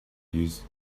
used